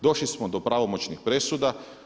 Došli smo do pravomoćnih presuda.